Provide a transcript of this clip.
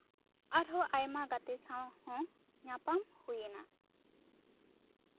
ᱟᱨᱦᱚᱸ ᱜᱟᱛᱮ ᱥᱟᱶ ᱦᱚᱸ ᱧᱟᱯᱟᱢ ᱦᱩᱭ ᱱᱟ